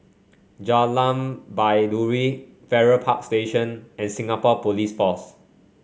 Jalan Baiduri Farrer Park Station and Singapore Police Force